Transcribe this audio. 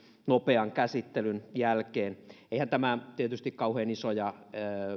nopean käsittelyn jälkeen eihän tämän asian käsittely tietysti kauhean isoja